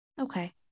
okay